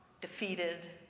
defeated